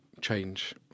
change